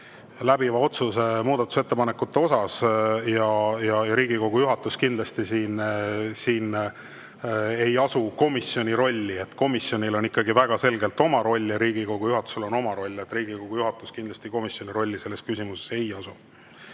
ka otsused muudatusettepanekute kohta. Riigikogu juhatus kindlasti ei asu komisjoni rolli. Komisjonil on ikkagi väga selgelt oma roll ja Riigikogu juhatusel on oma roll. Riigikogu juhatus kindlasti komisjoni rolli selles küsimuses ei asu.